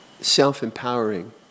self-empowering